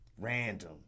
Random